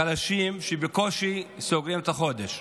חלשים, שבקושי סוגרים את החודש.